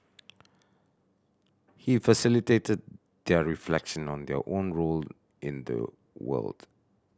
he facilitated their reflection on their own role in the world